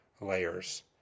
layers